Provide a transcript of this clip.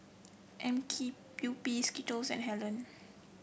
M K U P Skittles and Helen